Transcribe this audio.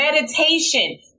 meditation